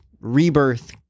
rebirth